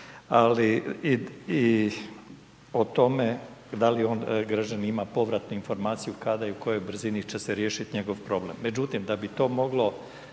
ali i o tome, da li on, građanin ima povratnu informaciju, kada i u kojoj brzini će se riješiti njegov problem.